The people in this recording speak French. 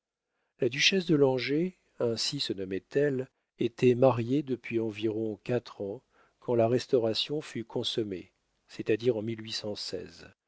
la duchesse de langeais ainsi se nommait elle était mariée depuis environ quatre ans quand la restauration fut consommée c'est-à-dire en